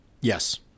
Yes